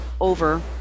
over